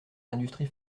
l’industrie